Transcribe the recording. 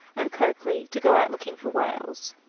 and coakley to go out looking for whales.